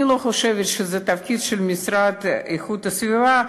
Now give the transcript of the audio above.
אני לא חושבת שזה התפקיד של המשרד להגנת הסביבה,